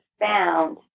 found